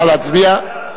נא להצביע.